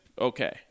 okay